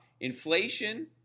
Inflation